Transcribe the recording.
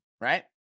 right